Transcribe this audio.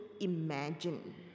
imagine